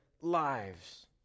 lives